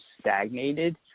stagnated